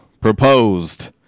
proposed